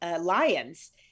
Lions